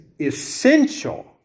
essential